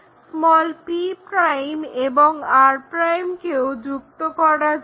p' এবং r' কেও যুক্ত করা যাক